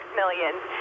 millions